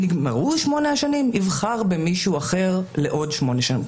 נגמרו 8 השנים, יבחר במישהו אחר לעוד 8 שנים.